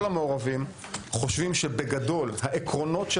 כל המעורבים חושבים שבגדול העקרונות של